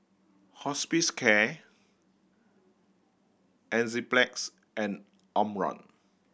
Hospicare Enzyplex and Omron